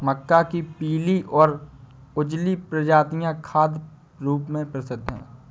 मक्का के पीली और उजली प्रजातियां खाद्य रूप में प्रसिद्ध हैं